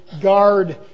guard